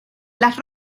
las